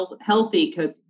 healthy